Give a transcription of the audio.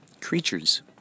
creatures